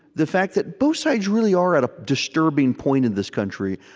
the fact that both sides really are at a disturbing point in this country,